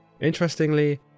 Interestingly